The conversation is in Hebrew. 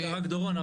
דורון,